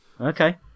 okay